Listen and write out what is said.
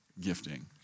gifting